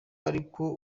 ariko